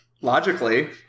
Logically